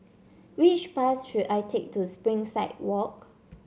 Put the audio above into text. which bus should I take to Springside Walk